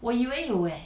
我以为有 leh